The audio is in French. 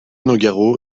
nogaro